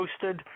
posted